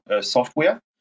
software